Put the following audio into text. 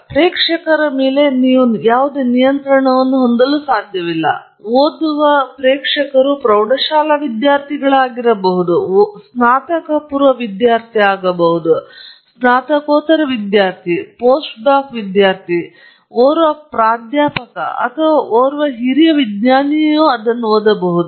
ಮತ್ತು ಪ್ರೇಕ್ಷಕರ ಮೇಲೆ ನೀವು ಯಾವುದೇ ನಿಯಂತ್ರಣ ಹೊಂದಿಲ್ಲ ನೀವು ಓದಿದ ಪ್ರೌಢಶಾಲಾ ವಿದ್ಯಾರ್ಥಿಗಳನ್ನು ನೀವು ಹೊಂದಬಹುದು ಓದುವ ಸ್ನಾತಕಪೂರ್ವ ವಿದ್ಯಾರ್ಥಿ ಓದುವ ಸ್ನಾತಕೋತ್ತರ ವಿದ್ಯಾರ್ಥಿ ಓದುವ ಪೋಸ್ಟ್ ಡಾಕ್ ಓದುವ ಓರ್ವ ಪ್ರಾಧ್ಯಾಪಕ ಅಥವಾ ಓರ್ವ ಹಿರಿಯ ವಿಜ್ಞಾನಿ ಅದನ್ನು ಓದಬಹುದು